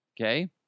Okay